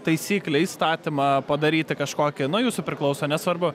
taisyklę įstatymą padaryti kažkokį nuo jūsų priklauso nesvarbu